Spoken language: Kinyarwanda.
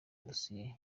dosiye